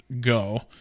go